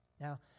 Now